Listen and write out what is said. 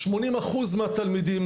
80% מהתלמידים,